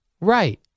Right